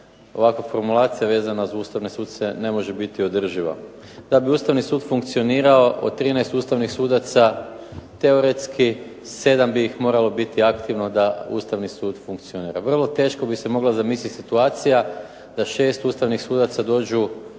ovakva formulacija vezana za ustavne suce ne može biti održiva. Da bi Ustavni sud funkcionirao od 13 ustavnih sudaca teoretski 7 bi ih moralo biti aktivno da Ustavni sud funkcionira. Vrlo teško bi se mogla zamisliti situacija da 6 ustavnih sudaca dođu